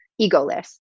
egoless